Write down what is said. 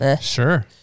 Sure